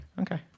Okay